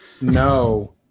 No